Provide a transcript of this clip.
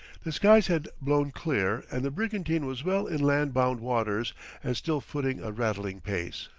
the skies had blown clear and the brigantine was well in land-bound waters and still footing a rattling pace.